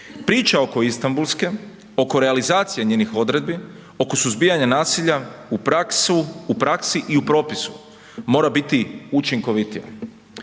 Priča oko Istambulske, oko realizacije njenih odredbi, oko suzbijanja nasilja u praksi i u propisu mora biti učinkovitija